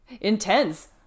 intense